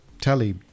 Tally